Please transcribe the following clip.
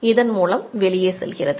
இதன் மூலம் வெளியே செல்கிறது